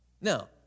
Now